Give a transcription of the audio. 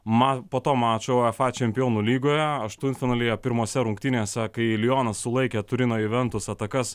man po to mačo uefa čempionų lygoje aštuntfinalyje pirmose rungtynėse kai lionas sulaikė turino juventus atakas